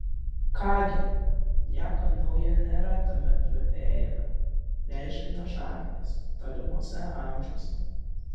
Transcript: ką gi nieko naujo nėra tame plepėjime reiškinio šaknys tolimuose amžiuose